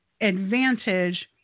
advantage